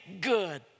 good